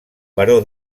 baró